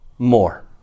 More